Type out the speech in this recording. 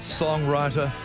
songwriter